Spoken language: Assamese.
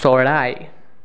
চৰাই